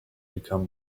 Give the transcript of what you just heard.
become